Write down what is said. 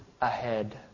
ahead